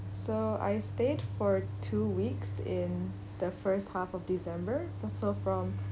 so I stayed for two weeks in the first half of december uh so from